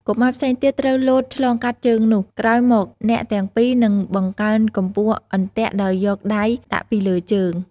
កុមារផ្សេងទៀតត្រូវលោតឆ្លងកាត់ជើងនោះ ក្រោយមក អ្នកទាំងពីរនឹងបង្កើនកម្ពស់អន្ទាក់ដោយយកដៃដាក់ពីលើជើង ។